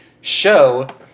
show